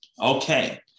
Okay